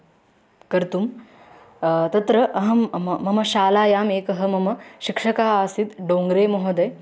कर्तुं तत्र अहं मम मम शालायाम् एकः मम शिक्षकः आसीत् डोङ्ग्रे महोदयः